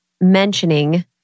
mentioning